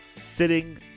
sitting